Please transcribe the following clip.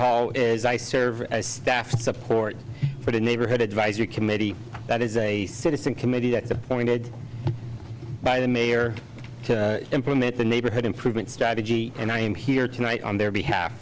hall is i serve as staff support for the neighborhood advisory committee that is a citizen committee that's appointed by the mayor to implement the neighborhood improvement strategy and i am here tonight on their behalf